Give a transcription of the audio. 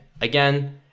again